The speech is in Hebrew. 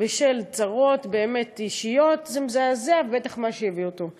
בשל צרות אישיות זה מזעזע, מה שהביא אותו לכך.